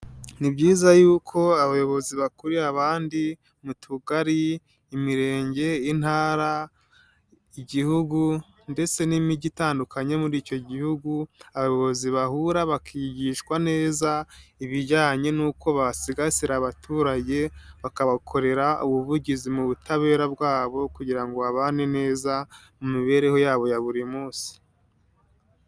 Ni byiza yuko abayobozi bakuriye abandi mu tugari, imirenge, intara, Igihugu ndetse n'imijyi itandukanye yo muri icyo gihugu, abayobozi bahura bakigishwa neza ibijyanye nuko basigasira abaturage, bakabakorera ubuvugizi mu butabera bwabo kugira ngo babane neza mu mibereho yabo ya buri munsi.